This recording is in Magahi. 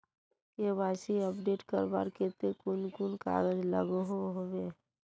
के.वाई.सी अपडेट करवार केते कुन कुन कागज लागोहो होबे?